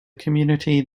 community